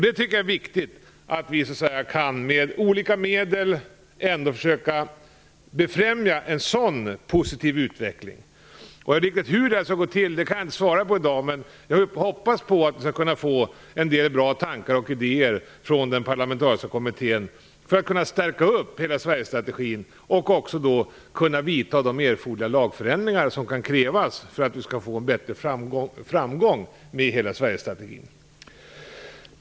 Det är viktigt att vi med olika medel försöker befrämja en sådan positiv utveckling. Hur det skall gå till kan jag inte svara på i dag, men jag hoppas kunna få en del bra tankar och idéer från den parlamentariska kommittén för att stärka hela Sverigestrategin så att man kan vidta de erforderliga lagförändringar som kan krävas för en bättre framgång med hela Sverigestrategin.